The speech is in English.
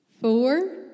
four